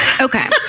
Okay